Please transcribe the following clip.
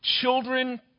children